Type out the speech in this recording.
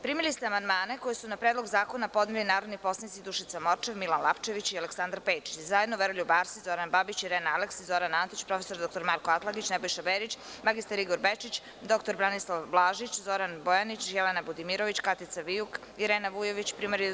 Primili ste amandmane koje su na predlog zakona podneli narodni poslanici Dušica Morčev, Milan Lapčević i Aleksandar Pejčići i zajedno Veroljub Arsić, Zoran Babić, Irena Aleksić, Zoran Antić, prof dr. Marko Atlagić, Nebojša Berić, mr Igor Bečić, dr Branislav Blažić, Zoran Bojanić, Jelena Budimirović, Katica Vijuk, Irena Vujović, prim.